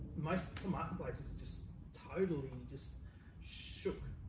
most marketplaces are just totally, and just shook.